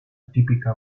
típica